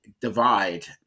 divide